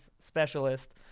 specialist